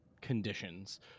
conditions